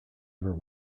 ever